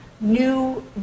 New